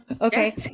Okay